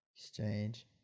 Exchange